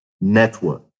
Network